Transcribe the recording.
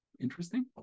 interesting